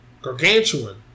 Gargantuan